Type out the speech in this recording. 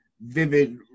vivid